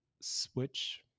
switch